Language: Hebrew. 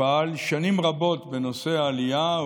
שפעל שנים רבות בנושא העלייה,